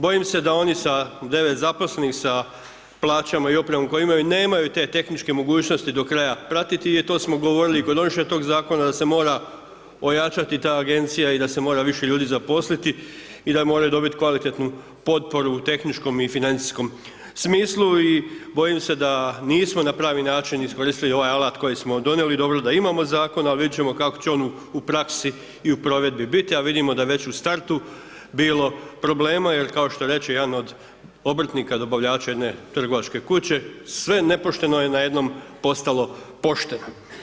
Bojim se da oni sa 9 zaposlenih, sa plaćama i opremom koju imaju nemaju te tehničke mogućnosti do kraja pratiti jer to smo govorili i kod donošenja tog zakona da se mora ojačati ta agencija i da se mora više ljudi zaposliti i da moraju dobiti kvalitetnu potporu u tehničkom i financijskom smislu i bojim se da nismo na pravi način iskoristili ovaj alat koji smo donijeli, dobro da imamo zakon, ali vidjet ćemo kako će on u praksi i u provedbi biti, a vidimo da već u startu bilo problema, jel kao što reče jedan od obrtnika, dobavljača jedne trgovačke kuće, sve nepošteno je na jednom postalo pošteno.